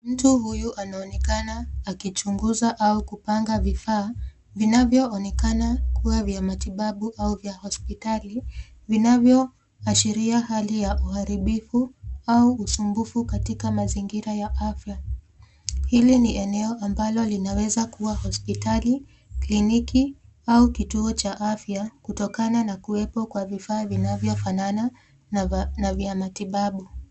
Mtu huyu anaonekana akichunguza au kupanga vifaa vinavyooneka kuwa vya matibabu au vya hospitali vinavyoashiria hali ya uharibifu au usumbufu katika mazingira ya afya, Hili ni eneo ambalo linaweza kuwa hospitali, kliniki au kitio cha afya kutokana na kuwepo kwa vifaa vinavyo fanana na vya matibabu.